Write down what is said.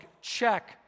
check